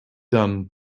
done